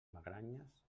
magranes